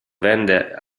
vende